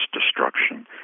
destruction